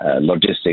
Logistics